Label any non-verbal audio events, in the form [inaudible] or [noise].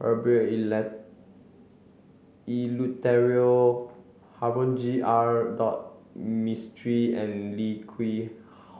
Herbert [unintelligible] Eleuterio [unintelligible] R dot Mistri and Lim Quee